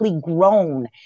grown